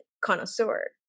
connoisseur